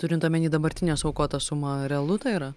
turint omeny dabartinę suaukotą sumą realu tai yra